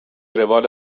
روال